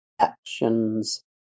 actions